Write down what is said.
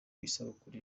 isabukuru